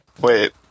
Wait